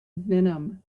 venom